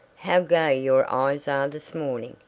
how gay your eyes are this morning,